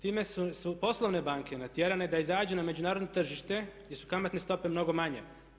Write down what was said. Time su poslovne banke natjerane da izađu na međunarodno tržište gdje su kamatne stope mnogo manje.